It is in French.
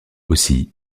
aussi